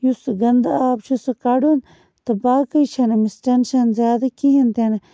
یُس سُہ گنٛدٕ آب چھُ سُہ کَڑُن تہٕ باقٕے چھَنہٕ أمِس ٹٮ۪نشَن زیادٕ کِہیٖنۍ تہِ نہٕ